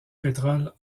pétrole